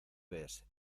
ves